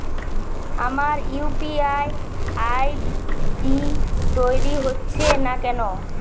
আমার UPI ID তৈরি হচ্ছে না কেনো?